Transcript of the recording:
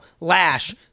lash